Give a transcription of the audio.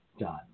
done